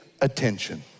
attention